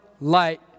light